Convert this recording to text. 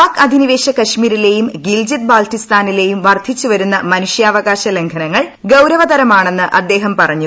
പാക് അധിനിവേശ കശ്മീരിലെയും ഗിൽജിത്ത് ബാർട്ടിസ്ഥാനിലെയും വർദ്ധിച്ചുവരുന്ന മനുഷ്യാവുകാ്ശ ലംഘനങ്ങൾ ഗൌരവതരമാണെന്ന് അദ്ദേഹം പറഞ്ഞു